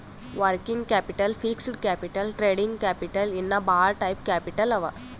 working capital, fixed capital, trading capital ಇನ್ನಾ ಭಾಳ type capital ಅವಾ